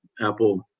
apple